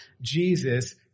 Jesus